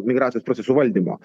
migracijos procesų valdymo